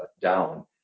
down